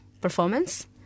performance